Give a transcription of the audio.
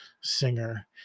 singer